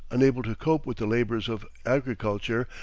unable to cope with the labors of agriculture,